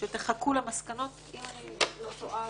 שתחכו למסקנות כי אם אני לא טועה,